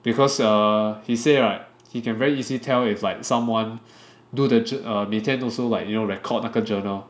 because err he say right he can very easily tell if like someone do the jou~ err 每天都 so like record 那个 journal